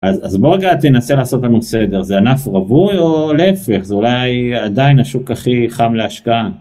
אז, אז בוא רגע תנסה לעשות לנו סדר, זה ענף רווי או להפך, זה אולי עדיין השוק הכי חם להשקעה?